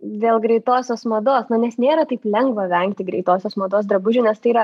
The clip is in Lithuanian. dėl greitosios mados na nes nėra taip lengva vengti greitosios mados drabužių nes tai yra